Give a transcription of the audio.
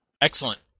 Excellent